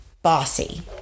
Bossy